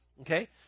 okay